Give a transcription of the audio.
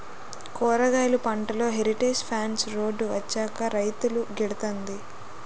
కూరగాయలు పంటలో heritage fence road వచ్చాక రైతుకు గిడతంది